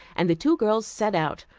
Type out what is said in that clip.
and the two girls set out,